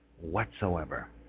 whatsoever